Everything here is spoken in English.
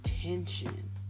attention